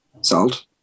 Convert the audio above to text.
salt